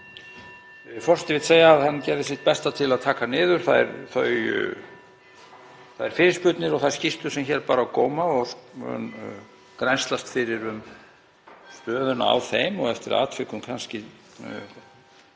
þær fyrirspurnir og þær skýrslur sem hér bar á góma og mun grennslast fyrir um stöðuna á þeim og eftir atvikum kannski